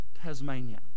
Tasmania